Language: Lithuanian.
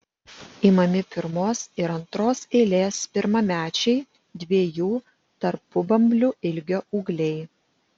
imami pirmos ir antros eilės pirmamečiai dviejų tarpubamblių ilgio ūgliai